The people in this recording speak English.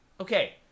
Okay